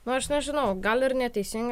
nu aš nežinau gal ir neteisinga